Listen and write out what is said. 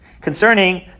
concerning